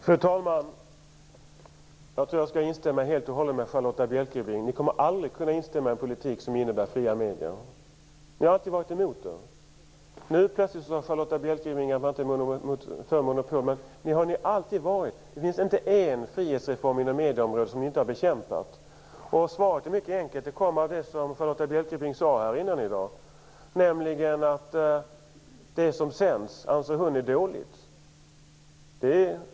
Fru talman! Jag instämmer helt och hållet med Charlotta Bjälkebring - ni kommer aldrig att kunna ställa er bakom en politik som innebär fria medier. Ni har alltid varit emot det. Nu sade Charlotta Bjälkebring plötsligt att Vänsterpartiet inte är för monopol, men det har ni alltid varit tidigare. Det finns inte en frihetsreform på medieområdet som ni inte har bekämpat. Anledningen är mycket enkel - det har att göra med det som Charlotta Bjälkebring sade tidigare i dag, nämligen att hon anser att det som sänds är dåligt.